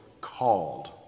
called